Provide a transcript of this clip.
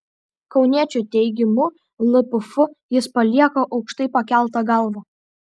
kauniečio teigimu lpf jis palieka aukštai pakelta galva